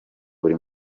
buri